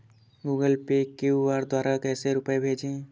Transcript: Google Pay QR द्वारा कैसे रूपए भेजें?